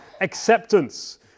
acceptance